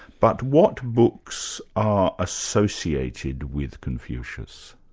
but what books are associated with confucius?